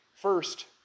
First